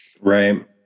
Right